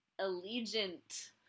Allegiant